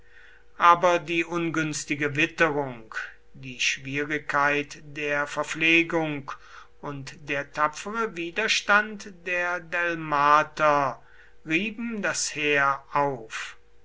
aber die ungünstige witterung die schwierigkeit der verpflegung und der tapfere widerstand der delmater rieben das heer auf